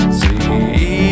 see